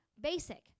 basic